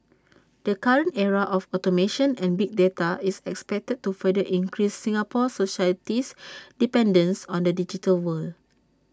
the current era of automation and big data is expected to further increase Singapore society's dependence on the digital world